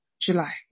July